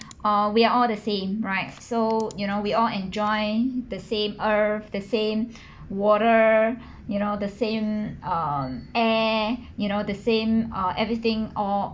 uh we are all the same right so you know we all enjoy the same earth the same water you know the same um air you know the same uh everything or